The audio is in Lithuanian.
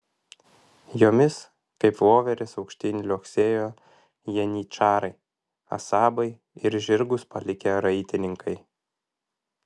jomis kaip voverės aukštyn liuoksėjo janyčarai asabai ir žirgus palikę raitininkai